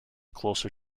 closer